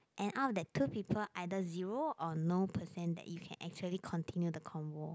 and out of the two people either zero or no percent that you can actually continue the convo